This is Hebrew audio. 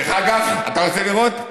דרך אגב, אתה רוצה לראות?